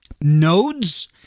nodes